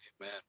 amen